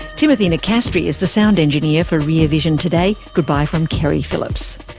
timothy nicastri is the sound engineer for rear vision today. goodbye from keri phillips